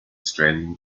australian